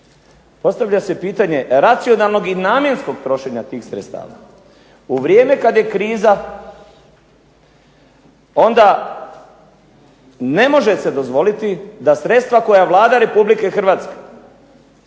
Postavlja se pitanje racionalnog i namjenskog trošenja tih sredstava. U vrijeme kad je kriza onda ne može se dozvoliti da sredstva koja Vlada Republike Hrvatske,